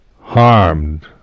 harmed